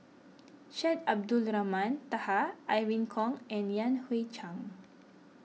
Syed Abdulrahman Taha Irene Khong and Yan Hui Chang